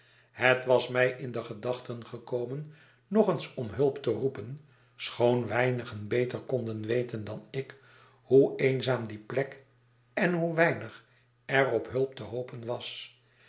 het was mij in de gedachten gekomen nog eens om hulp te roepen schoon weinigen beter konden weten dan ik hoe eenzaam die plek en hoe weinig er op hulp te hopen was